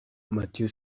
mathieu